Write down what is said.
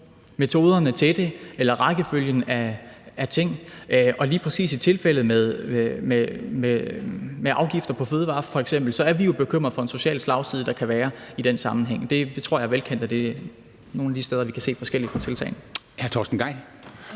metoderne til det eller rækkefølgen af ting, og lige præcis i tilfældet med afgifter på f.eks. fødevarer er vi jo bekymrede for den sociale slagside, der kan være i den sammenhæng. Jeg tror, det er velkendt, at det er nogle af de steder, vi kan se forskelligt på tiltagene. Kl.